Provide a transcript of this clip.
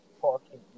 parking